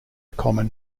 common